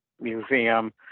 Museum